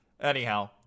Anyhow